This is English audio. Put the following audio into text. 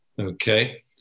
okay